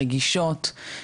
רגישות.